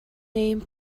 name